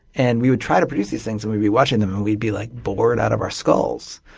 and we would try to produce these things, and we'd be watching them and we'd be like bored out of our skulls.